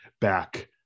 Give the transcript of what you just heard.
back